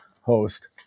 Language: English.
host